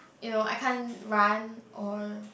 you know I can't run or